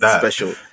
special